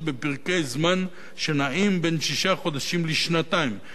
בפרקי זמן שנעים בין שישה חודשים לשנתיים.